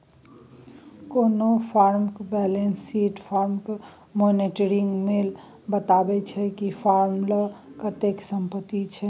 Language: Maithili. कोनो फर्मक बेलैंस सीट फर्मक मानेटिरी मोल बताबै छै कि फर्मक लग कतेक संपत्ति छै